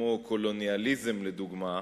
כמו "קולוניאליזם" לדוגמה,